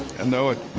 and know it.